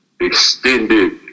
extended